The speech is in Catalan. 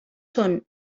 són